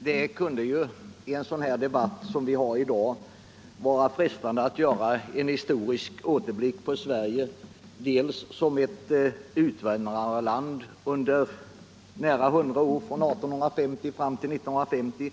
Herr talman! Det kunde i en sådan debatt som vi för i dag vara frestande att göra en historisk återblick på Sverige först som ett utvandrarland under nära hundra år, från 1850-1950,